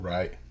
Right